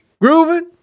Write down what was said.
Grooving